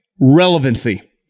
relevancy